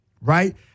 right